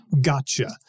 gotcha